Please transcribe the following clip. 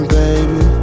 baby